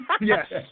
Yes